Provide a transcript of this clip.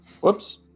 Whoops